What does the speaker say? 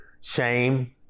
shame